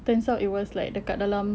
turns out it was like dekat dalam